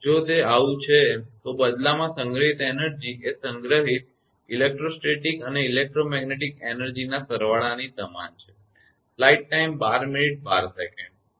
જો તે આવું છે તો બદલામાં સંગ્રહિત એનર્જી એ સંગ્રહિત ઇલેક્ટ્રોસ્ટેટિક અને ઇલેક્ટ્રોમેગ્નેટિક એનર્જી ના સરવાળાની સમાન છે